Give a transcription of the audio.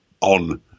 on